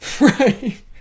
Right